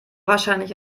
wahrscheinlich